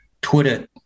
Twitter